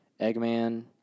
Eggman